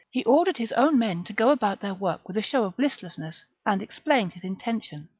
he ordered his own men to go about their work with a show of listlessness, and explained his intention.